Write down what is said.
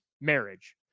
marriage